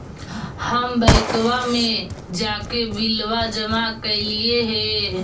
हम बैंकवा मे जाके बिलवा जमा कैलिऐ हे?